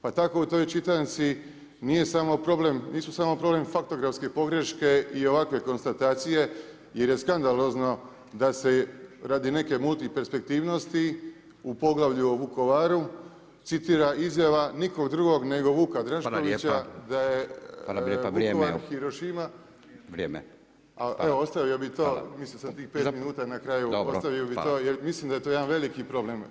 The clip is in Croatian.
Pa tako u toj čitanci, nije samo problem, nisu samo problem faktografske pogreške i ovakve konstatacije jer je skandalozno da se radi neke multiperspektivnost u poglavlju o Vukovaru citira izjava nikog duga nego Vuka Draškovića, da je Vukovar Hirošima [[Upadica: Vrijeme.]] evo ostavio bih to, mislio sam tih 5 minuta, na kraju, ostavio bi to, jer mislim da je to jedan veliki problem.